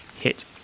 hit